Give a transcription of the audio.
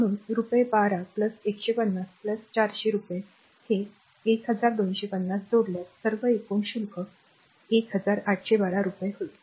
म्हणून रु 12 150 400 रुपये 1250 जोडल्यास सर्व एकूण शुल्क 1812 रुपये होईल